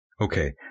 Okay